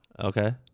Okay